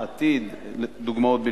"עתיד" דוגמאות בלבד.